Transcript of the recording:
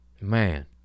Man